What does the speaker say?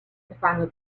stefano